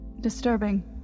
disturbing